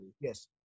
Yes